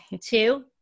Two